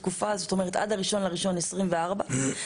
התקופה מה-1 בינואר 2023 עד ה-1 בינואר 2024,